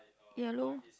yellow